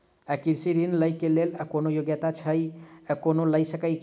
कृषि ऋण लय केँ लेल कोनों योग्यता चाहि की कोनो लय सकै है?